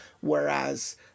whereas